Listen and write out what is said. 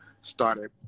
started